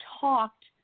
talked